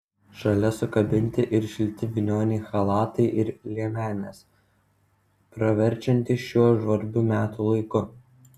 šalia sukabinti ir šilti vilnoniai chalatai ir liemenės praverčiantys šiuo žvarbiu metų laiku